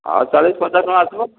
ହଁ ଚାଳିଶ ପଚାଶ ଟଙ୍କା ଆସିବ